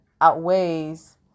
outweighs